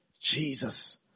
jesus